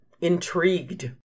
intrigued